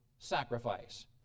sacrifice